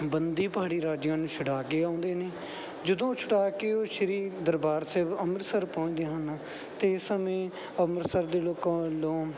ਬੰਦੀ ਪਹਾੜੀ ਰਾਜਿਆਂ ਨੂੰ ਛੁਡਾ ਕੇ ਆਉਂਦੇ ਨੇ ਜਦੋਂ ਛੁਡਾ ਕੇ ਉਹ ਸ਼੍ਰੀ ਦਰਬਾਰ ਸਾਹਿਬ ਅੰਮ੍ਰਿਤਸਰ ਪਹੁੰਚਦੇ ਹਨ ਤਾਂ ਇਸ ਸਮੇਂ ਅੰਮ੍ਰਿਤਸਰ ਦੇ ਲੋਕਾਂ ਵੱਲੋਂ